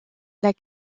les